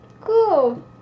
Cool